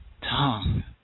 tongue